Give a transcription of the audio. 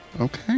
Okay